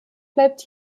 bleibt